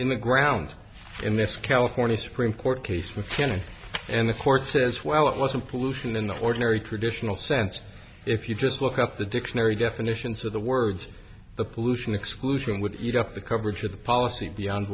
in the ground in this california supreme court case with janet and the court says well it wasn't pollution in the ordinary traditional sense if you just look at the dictionary definitions of the words the pollution exclusion would eat up the coverage of the policy beyond